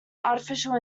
artificial